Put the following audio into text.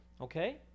Okay